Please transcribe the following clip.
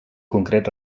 concret